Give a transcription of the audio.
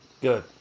Good